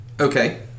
Okay